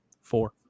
Four